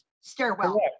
stairwell